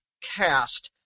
cast